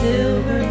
Silver